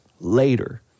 Later